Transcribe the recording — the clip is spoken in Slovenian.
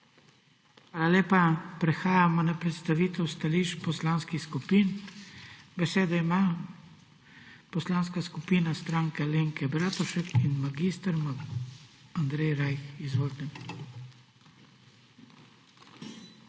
Hvala lepa. Prehajamo na predstavitev stališč poslanskih skupin. Besedo ima Poslanska skupina Stranke Alenke Bratušek in mag. Andrej Rajh. Izvolite.